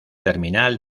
terminal